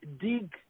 dig